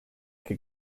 que